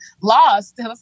lost